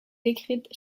décrites